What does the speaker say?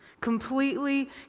completely